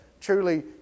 truly